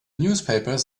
newspapers